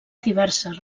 diverses